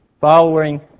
following